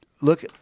Look